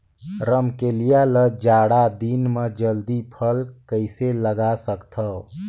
रमकलिया ल जाड़ा दिन म जल्दी फल कइसे लगा सकथव?